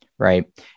Right